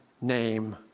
name